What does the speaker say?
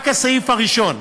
רק הסעיף הראשון.